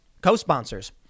co-sponsors